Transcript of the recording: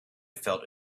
felt